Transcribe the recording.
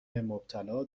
مبتلا